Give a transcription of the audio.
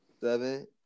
Seven